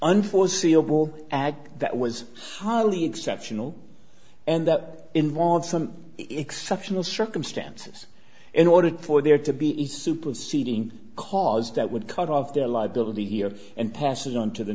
unforeseeable ad that was highly exceptional and that involved some exceptional circumstances in order for there to be a superseding cause that would cut of their liability here and pass it on to the